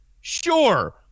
sure